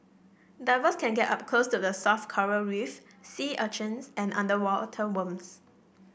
divers can get up close to the soft coral reef sea urchins and underwater worms